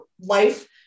life